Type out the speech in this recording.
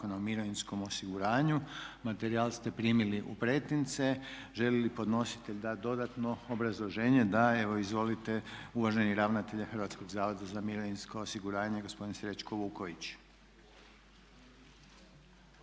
o mirovinskom osiguranju. Materijal ste primili u pretince. Želi li podnositelj dati dodatno obrazloženje? Da. Evo izvolite, uvaženi ravnatelj Hrvatskog zavoda za mirovinsko osiguranje gospodin Srećko Vuković.